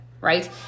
right